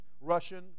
Russian